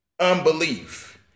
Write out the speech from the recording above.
unbelief